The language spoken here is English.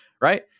right